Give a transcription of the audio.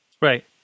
Right